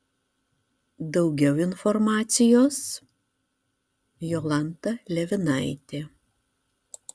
daugiau informacijos jolanta levinaitė